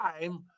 time